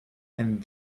and